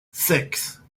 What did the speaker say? six